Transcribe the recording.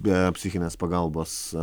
be psichinės pagalbos